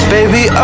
Baby